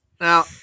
Now